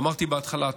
ואמרתי בהתחלה,